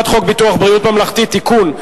הצעת חוק ביטוח בריאות ממלכתי (תיקון,